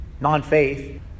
non-faith